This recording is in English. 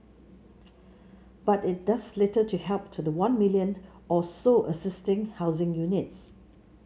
but it does little to help the one million or so existing housing units